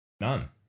None